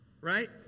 Right